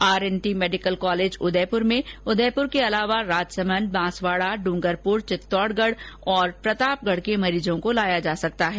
RNT medical college Udaipur में उदयपुर राजसमंद बांसवाडा इंगरपुर चित्तौडगढ और प्रतापगढ के मरीजों को लाया जा सकता है